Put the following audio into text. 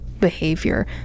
Behavior